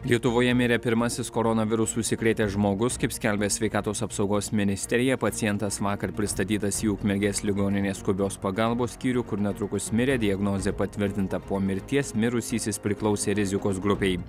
lietuvoje mirė pirmasis koronavirusu užsikrėtęs žmogus kaip skelbia sveikatos apsaugos ministerija pacientas vakar pristatytas į ukmergės ligoninės skubios pagalbos skyrių kur netrukus mirė diagnozė patvirtinta po mirties mirusysis priklausė rizikos grupei